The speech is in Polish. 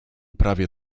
prawie